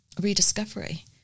rediscovery